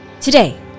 Today